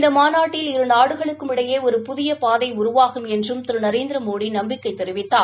இந்த மாநாட்டில் இரு நாடுகளுக்கும் இடையே ஒரு புதிய பாதை உருவாகும் என்றும் திரு நரேந்திரமோடி நம்பிக்கை தெரிவித்தார்